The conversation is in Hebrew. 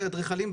כאדריכלים,